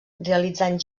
realitzant